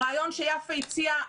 הרעיון שיפה הציעה,